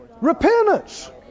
Repentance